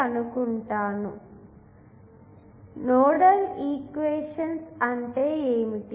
కాబట్టినోడల్ equations ఏమిటి